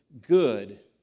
good